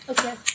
Okay